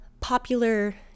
popular